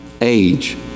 age